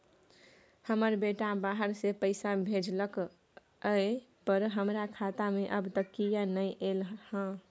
हमर बेटा बाहर से पैसा भेजलक एय पर हमरा खाता में अब तक किये नाय ऐल है?